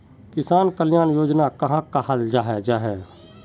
किसान कल्याण योजना कहाक कहाल जाहा जाहा?